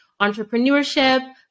entrepreneurship